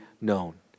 known